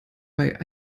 bei